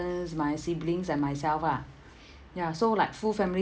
my siblings and myself lah ya so like full family